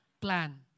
plan